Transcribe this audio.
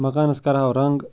مَکانَس کَرہَو رنٛگ